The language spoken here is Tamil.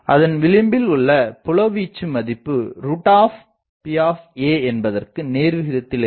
அதன் விளிம்பில் உள்ள புலவீச்சு மதிப்பு P என்பதற்கு நேர்விகிதத்தில் இருக்கும்